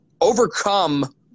overcome